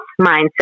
mindset